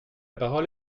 parole